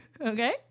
Okay